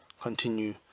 continue